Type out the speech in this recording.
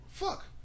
fuck